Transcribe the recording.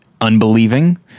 unbelieving